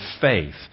faith